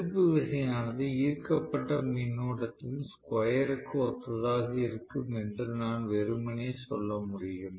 திருப்பு விசையானது ஈர்க்கப்பட்ட மின்னோட்டத்தின் ஸ்கொயர் க்கு ஒத்ததாக இருக்கும் என்று நான் வெறுமனே சொல்ல முடியும்